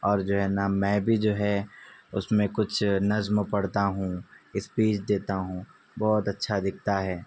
اور جو ہے نا میں بھی جو ہے اس میں کچھ نظم پڑھتا ہوں اسپیچ دیتا ہوں بہت اچھا دکھتا ہے